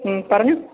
പറഞ്ഞോ